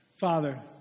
Father